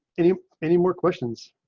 any, any more questions.